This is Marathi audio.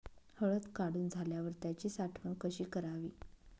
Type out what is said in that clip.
हळद काढून झाल्यावर त्याची साठवण कशी करावी?